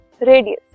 radius